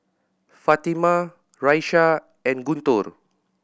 Fatimah Raisya and Guntur